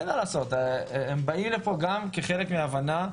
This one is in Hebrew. אין מה לעשות, הם באים לפה גם כחלק מההבנה,